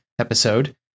episode